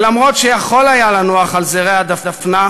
ואף שיכול היה לנוח על זרי הדפנה,